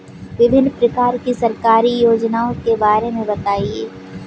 विभिन्न प्रकार की सरकारी योजनाओं के बारे में बताइए?